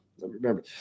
Remember